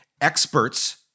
experts